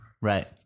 Right